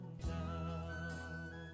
down